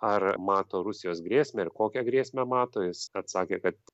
ar mato rusijos grėsmę ir kokią grėsmę mato jis atsakė kad